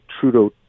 Trudeau